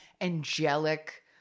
angelic